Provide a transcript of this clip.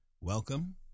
Welcome